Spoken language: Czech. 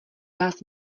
vás